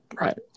right